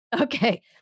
okay